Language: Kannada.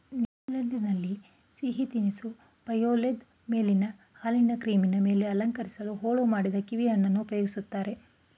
ನ್ಯೂಜಿಲೆಂಡಿನ ಸಿಹಿ ತಿನಿಸು ಪವ್ಲೋವದ ಮೇಲೆ ಹಾಲಿನ ಕ್ರೀಮಿನ ಮೇಲೆ ಅಲಂಕರಿಸಲು ಹೋಳು ಮಾಡಿದ ಕೀವಿಹಣ್ಣನ್ನು ಉಪಯೋಗಿಸ್ತಾರೆ